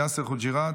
יאסר חוג'יראת,